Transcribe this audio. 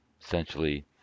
essentially